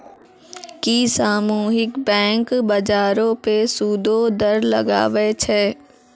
कि सामुहिक बैंक, बजारो पे सूदो दर लगाबै छै?